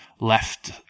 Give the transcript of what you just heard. Left